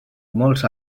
molts